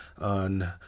on